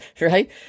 right